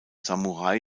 samurai